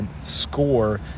score